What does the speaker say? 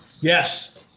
Yes